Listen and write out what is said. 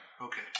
Okay